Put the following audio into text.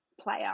player